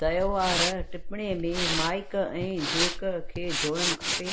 त्योहार टिपणे में माइक ऐं जैक खे जोड़नि खपे